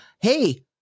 Hey